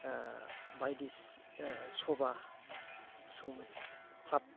बायदिसि सभा सुंथाब